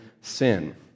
sin